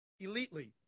elitely